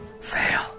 fail